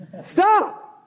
Stop